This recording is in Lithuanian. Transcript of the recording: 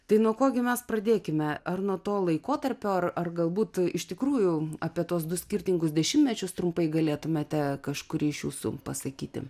tai nuo ko gi mes pradėkime ar nuo to laikotarpio ar ar galbūt iš tikrųjų apie tuos du skirtingus dešimtmečius trumpai galėtumėte kažkuri iš jūsų pasakyti